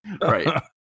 right